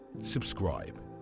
Subscribe